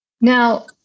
Now